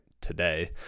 today